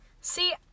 See